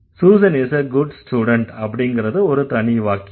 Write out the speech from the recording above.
Susan is a good student அப்படிங்கறது ஒரு தனி வாக்கியம்